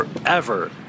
forever